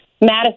Madison